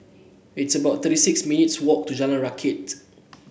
it's about thirty six minutes' walk to Jalan Rakit